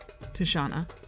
Tishana